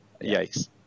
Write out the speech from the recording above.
Yikes